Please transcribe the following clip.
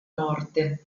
morte